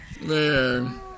Man